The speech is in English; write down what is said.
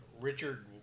Richard